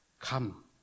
come